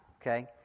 Okay